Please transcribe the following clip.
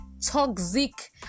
toxic